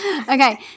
Okay